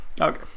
Okay